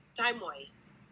time-wise